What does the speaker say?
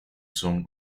son